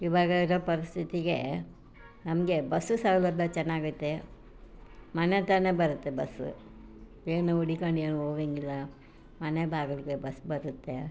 ಇವಾಗ ಇರೋ ಪರಿಸ್ಥಿತಿಗೆ ನಮಗೆ ಬಸ್ಸು ಸೌಲಭ್ಯ ಚೆನ್ನಾಗೈತೆ ಮನೆ ಹತ್ರವೇ ಬರುತ್ತೆ ಬಸ್ಸು ಏನು ಹುಡುಕೊಂಡ್ ಏನು ಹೋಗಂಗಿಲ್ಲ ಮನೆ ಬಾಗ್ಲಿಗೆ ಬಸ್ ಬರುತ್ತೆ